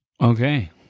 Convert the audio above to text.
Okay